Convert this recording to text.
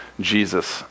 Jesus